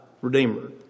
redeemer